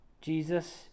Jesus